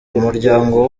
umuryango